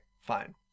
fine